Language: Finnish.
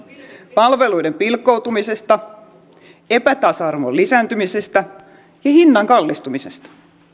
palveluiden pilkkoutumisesta epätasa arvon lisääntymisestä ja hinnan kallistumisesta